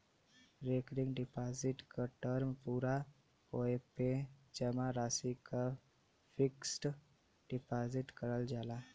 recurring deposit क term पूरा होये पे जमा राशि क फिक्स्ड डिपाजिट करल जाला